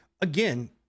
again